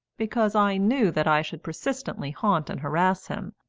because i knew that i should persistently haunt and harass him,